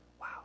Wow